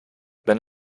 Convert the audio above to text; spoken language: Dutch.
ben